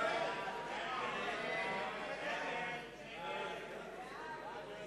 להסיר מסדר-היום את הצעת החוק לתיקון